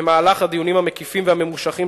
במהלך הדיונים המקיפים והממושכים